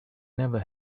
never